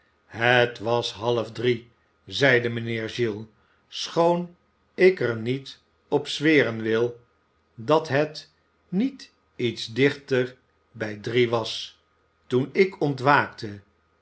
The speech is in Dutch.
het was half drie zeide mijnheer giles schoon ik er niet op zweren wil dat het niet iets dichter bij drie was toen ik ontwaakte